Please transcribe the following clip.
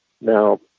now